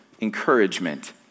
encouragement